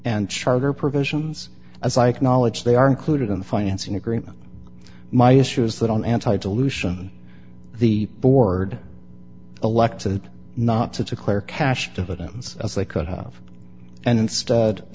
and charter provisions as ike knowledge they are included in the financing agreement my issue is that on anti pollution the board elected not to declare cash dividends as they could have and instead